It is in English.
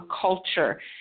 culture